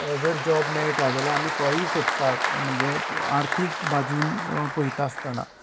जर जॉब मेळटा जाल्यार आमी तोयी सोदतात म्हणजे आर्थीक बाजून पळयता आसतना